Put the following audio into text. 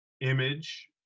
image